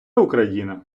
україна